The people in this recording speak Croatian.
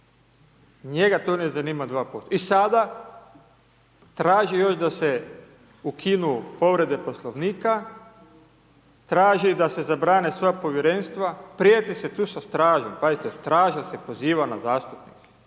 Njega to ne zanima 2% i sada traži još da se ukinu povrede Poslovnika. Traži da se zabrane sva povjerenstva. Prijeti se tu sa stražom. Pazite, straža se poziva na zastupnike.